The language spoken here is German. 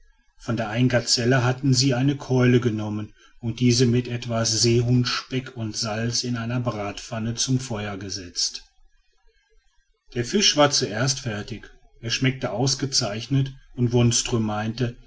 von der einen gazelle hatten sie eine keule genommen und diese mit etwas seehundsspeck und salz in einer bratpfanne zum feuer gesetzt der fisch war zuert fertig er schmeckte ausgezeichnet und wonström meinte